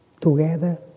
together